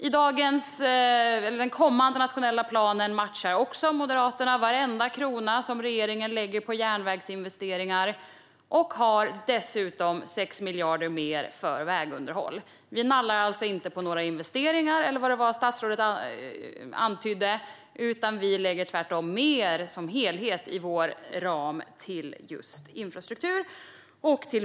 Vad gäller den kommande nationella planen matchar Moderaterna varenda krona som regeringen lägger på järnvägsinvesteringar och har dessutom 6 miljarder mer för vägunderhåll. Vi nallar alltså inte på några investeringar, eller vad det var statsrådet antydde, utan lägger tvärtom mer som helhet i vår ram till infrastruktur.